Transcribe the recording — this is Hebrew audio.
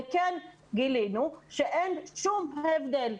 וכן, גילינו, שאין שום הבדל.